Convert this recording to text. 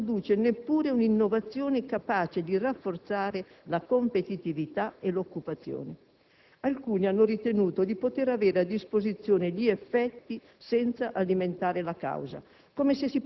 non si produce neppure un'innovazione capace di rafforzare la competitività e l'occupazione. Alcuni hanno ritenuto di poter avere a disposizione gli effetti senza alimentare la causa,